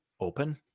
open